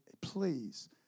Please